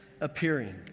appearing